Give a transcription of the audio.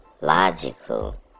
logical